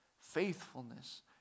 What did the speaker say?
faithfulness